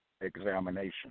examination